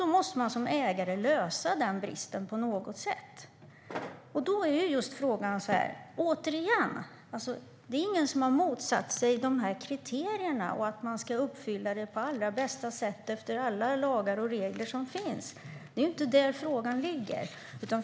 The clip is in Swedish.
Då måste ägaren lösa den bristen på något sätt. Det är ingen som har motsatt sig att kriterierna ska uppfyllas på allra bästa sätt efter alla lagar och regler. Det är inte där frågan ligger.